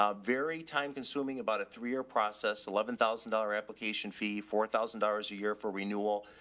um very time consuming about a three year process, eleven thousand dollars application fee, four thousand dollars a year for renewal.